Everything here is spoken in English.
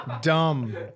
dumb